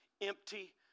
empty